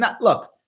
Look